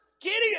Gideon